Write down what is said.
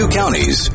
counties